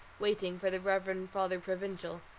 waiting for the reverend father provincial,